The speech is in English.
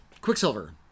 Quicksilver